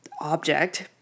object